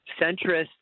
centrist